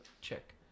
Check